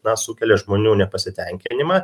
na sukelia žmonių nepasitenkinimą